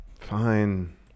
Fine